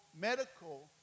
medical